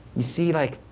you see, like,